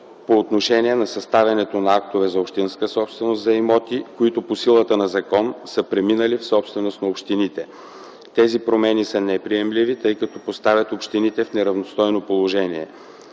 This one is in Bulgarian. по отношение на съставянето на актове за общинска собственост за имоти, които по силата на закон са преминали в собственост на общините. Тези промени са неприемливи, тъй като поставят общините в неравностойно положение.